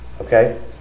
Okay